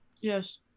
yes